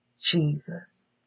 Jesus